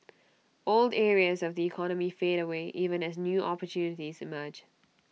old areas of the economy fade away even as new opportunities emerge